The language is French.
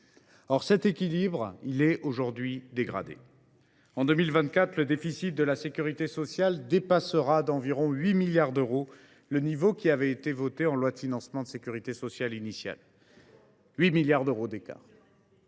Or cet équilibre est aujourd’hui dégradé. En 2024, le déficit de la sécurité sociale dépassera d’environ 8 milliards d’euros le niveau qui avait été voté en loi de financement de la sécurité sociale initiale. Qui gouvernait